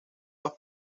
los